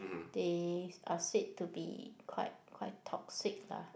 they are said to be quite quite toxic lah